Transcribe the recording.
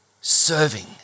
serving